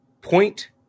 point